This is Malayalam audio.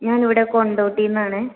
ഞാ ൻ ഇവിടെ കൊണ്ടോട്ടിയിൽ നിന്നാണ്